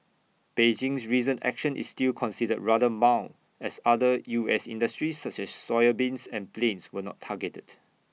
Beijing's recent action is still considered rather mild as other us industries such as soybeans and planes were not targeted